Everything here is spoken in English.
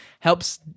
Helps